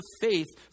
faith